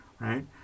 right